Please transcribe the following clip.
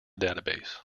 database